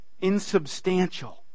insubstantial